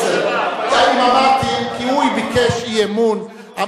הוא ביקש אי-אמון.